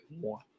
one